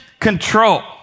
control